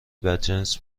بدجنس